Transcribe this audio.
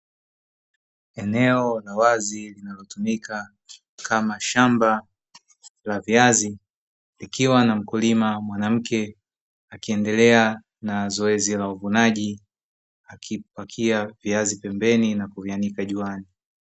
Eneo la wazi linalotumika kama shamba la viazi, likiwa na mkulima mwanamke akiendelea na zoezi la uvunaji akipakia viazi pembeni na kuvianika juani.